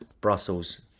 Brussels